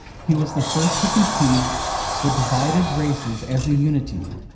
he was the first to conceive the divided races as a unity.